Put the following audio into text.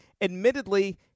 admittedly